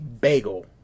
Bagel